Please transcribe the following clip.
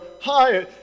hi